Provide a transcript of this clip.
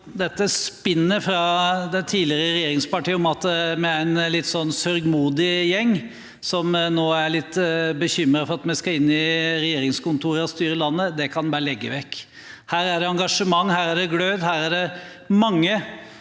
dette spinnet fra de tidligere regjeringspartiene om at vi er en litt sånn sørgmodig gjeng som nå er litt bekymret for at vi skal inn i regjeringskontorene og styre landet, kan en bare legge vekk. Her er det engasjement, her er det glød, her er det mange